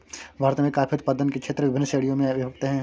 भारत में कॉफी उत्पादन के क्षेत्र विभिन्न श्रेणियों में विभक्त हैं